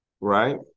Right